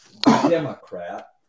Democrat